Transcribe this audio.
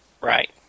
Right